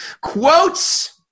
Quotes